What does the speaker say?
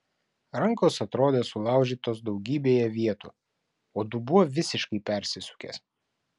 rankos atrodė sulaužytos daugybėje vietų o dubuo visiškai persisukęs